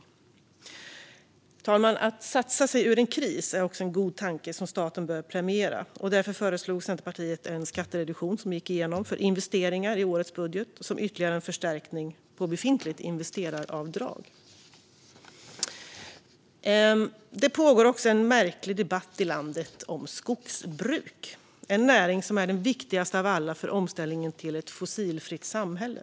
Fru talman! Att satsa sig ur en kris är också en god tanke som staten bör premiera. Därför föreslog Centerpartiet en skattereduktion för investeringar i årets budget, som en ytterligare förstärkning av befintligt investeraravdrag, vilket gick igenom. Det pågår också en märklig debatt i landet om skogsbruk. Det är den näring som är viktigast av alla för omställningen till ett fossilfritt samhälle.